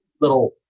little